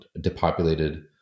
depopulated